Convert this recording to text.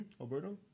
Alberto